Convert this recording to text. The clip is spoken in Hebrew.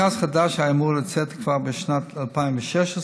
מכרז חדש היה אמור לצאת כבר בשנת 2016,